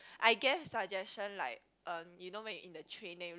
I gave suggestion like um you know when in the train then you